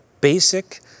basic